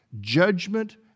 Judgment